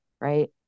right